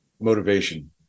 motivation